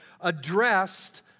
Addressed